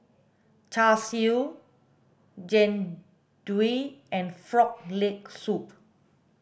char siu jian dui and frog leg soup